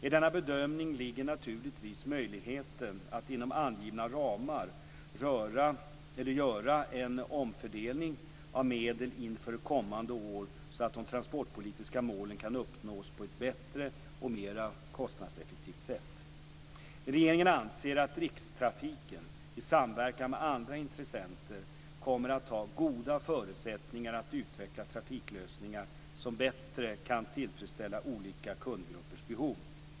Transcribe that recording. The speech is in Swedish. I denna bedömning ligger naturligtvis möjligheten att inom angivna ramar göra en omfördelning av medel inför kommande år så att de transportpolitiska målen kan uppnås på ett bättre och mera kostnadseffektivt sätt. Regeringen anser att Rikstrafiken, i samverkan med andra intressenter, kommer att ha goda förutsättningar att utveckla trafiklösningar som bättre kan tillfredsställa olika kundgruppers behov.